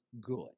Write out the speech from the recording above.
good